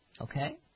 Okay